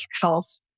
health